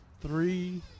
three